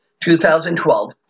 2012